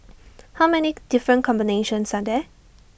how many different combinations are there